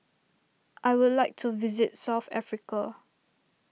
I would like to visit South Africa